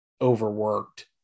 overworked